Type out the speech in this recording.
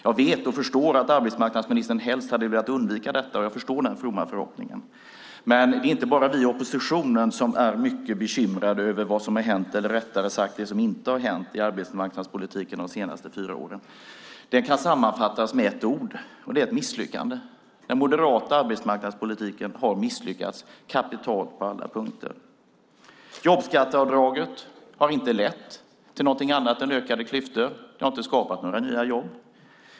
Jag vet och förstår att arbetsmarknadsministern helst hade velat undvika det, och jag förstår den fromma förhoppningen. Men det är inte bara vi i oppositionen som är mycket bekymrade över vad som har hänt, eller rättare sagt inte hänt, i arbetsmarknadspolitiken de senaste fyra åren. Det kan sammanfattas med ett ord, och det är: misslyckande. Den moderata arbetsmarknadspolitiken har misslyckats kapitalt på alla punkter. Jobbskatteavdraget har inte lett till någonting annat än ökade klyftor. Det har inte skapat några nya jobb.